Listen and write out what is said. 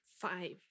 Five